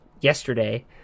yesterday